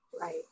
right